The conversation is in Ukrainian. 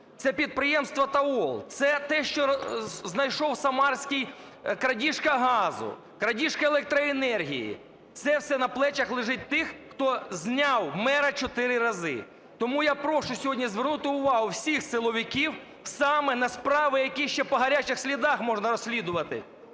Це підприємство "ТАОЛ", це те, що знайшов Самарський… крадіжка газу, крадіжка електроенергії. Це все на плечах лежить тих, хто зняв мера чотири рази. Тому я прошу сьогодні звернути увагу всіх силовиків саме на справи, які ще по гарячих слідах можна розслідувати.